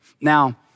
Now